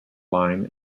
line